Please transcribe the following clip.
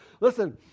Listen